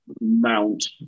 Mount